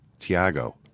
Tiago